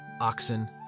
oxen